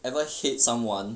ever hate someone